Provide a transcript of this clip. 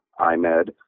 IMED